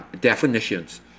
definitions